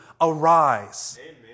arise